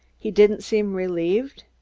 he didn't seem relieved?